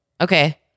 Okay